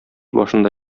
башында